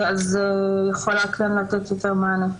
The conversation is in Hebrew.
אז היא יכולה כן לתת יותר מענה.